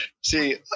See